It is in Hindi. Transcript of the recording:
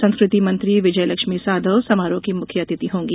संस्कृति मंत्री विजय लक्ष्मी साधौ समारोह की मुख्य अतिथि होंगी